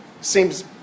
seems